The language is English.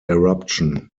eruption